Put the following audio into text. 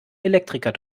elektriker